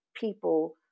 people